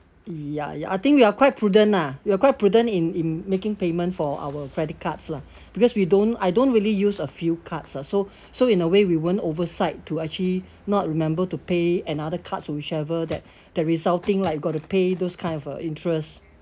ya ya I think you are quite prudent lah you are quite prudent in in making payment for our credit cards lah because we don't I don't really use a few cards ah so so in a way we won't oversight to actually not remember to pay another cards whichever that that resulting like got to pay those kind of uh interest